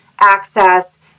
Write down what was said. access